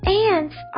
ants